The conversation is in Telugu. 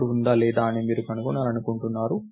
నోడ్ ఉందా లేదా అని మీరు కనుగొనాలనుకుంటున్నారు